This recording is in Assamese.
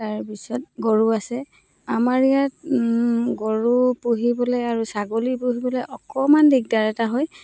তাৰ পিছত গৰু আছে আমাৰ ইয়াত গৰু পুহিবলৈ আৰু ছাগলী পুহিবলৈ অকণমান দিগদাৰ এটা হয়